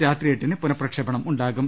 രാത്രി എട്ടിന് പുനഃപ്രക്ഷേപണം ഉണ്ടാകും